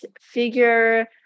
Figure